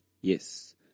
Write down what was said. Yes